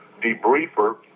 debriefer